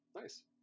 Nice